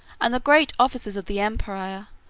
and the great officers of the empire,